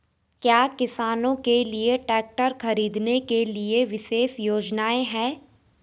क्या किसानों के लिए ट्रैक्टर खरीदने के लिए विशेष योजनाएं हैं?